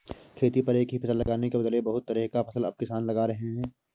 खेती पर एक ही फसल लगाने के बदले बहुत तरह का फसल अब किसान लगा रहे हैं